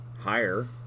higher